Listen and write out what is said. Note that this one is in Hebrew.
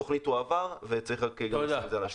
התוכנית תועבר וצריך לשים את זה על השולחן.